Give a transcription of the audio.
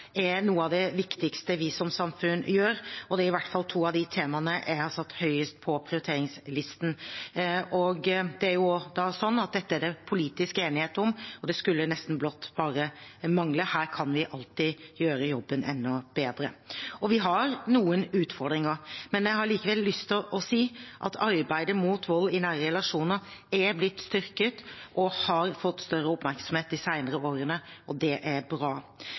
er noe av det viktigste vi som samfunn gjør, og det er i hvert fall to av de temaene jeg har satt høyest på prioriteringslisten. Det er også sånn at dette er det politisk enighet om, og det skulle nesten blott bare mangle. Her kan vi alltid gjøre jobben enda bedre. Vi har noen utfordringer. Jeg har likevel lyst til å si at arbeidet mot vold i nære relasjoner er blitt styrket og har fått større oppmerksomhet de senere årene, og det er bra.